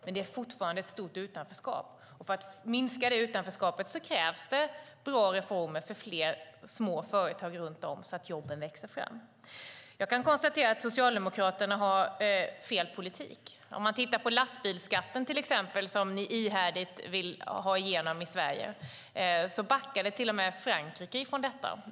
Vi har dock fortfarande ett stort utanförskap och för att minska det krävs bra reformer för fler små företag runt om så att jobben växer fram. Jag konstaterar att Socialdemokraterna har fel politik. Lastbilsskatten, till exempel, som ni ihärdigt propsar på att införa i Sverige backade Frankrike från.